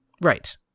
Right